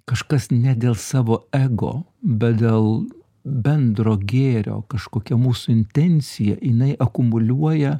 kažkas ne dėl savo ego bet dėl bendro gėrio kažkokia mūsų intencija jinai akumuliuoja